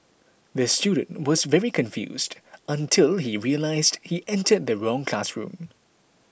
the student was very confused until he realised he entered the wrong classroom